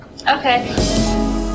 Okay